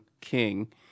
King